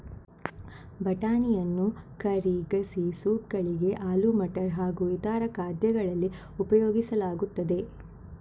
ಬಟಾಣಿಯನ್ನು ಕರಿ, ಗಸಿ, ಸೂಪ್ ಗಳಿಗೆ, ಆಲೂ ಮಟರ್ ಹಾಗೂ ಇತರ ಖಾದ್ಯಗಳಲ್ಲಿ ಉಪಯೋಗಿಸಲಾಗುತ್ತದೆ